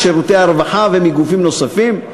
משירותי הרווחה ומגופים נוספים,